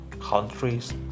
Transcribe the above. countries